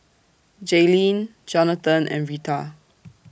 Jailene Jonathan and Reta